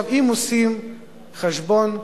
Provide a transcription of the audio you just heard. אם עושים חשבון,